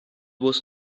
was